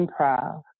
improv